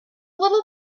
little